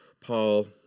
Paul